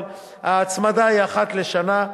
אבל ההצמדה היא אחת לשנה,